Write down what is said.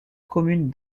commune